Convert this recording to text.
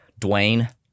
Dwayne